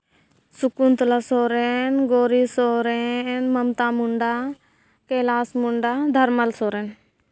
Sakuntala Soren Gori Soren Mamta Munda Kailash Munda Dharmal Soren